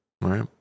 right